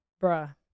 Bruh